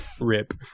Rip